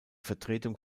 vertretung